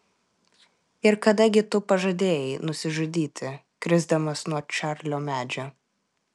ir kada gi tu pažadėjai nusižudyti krisdamas nuo čarlio medžio